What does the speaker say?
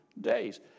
days